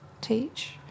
teach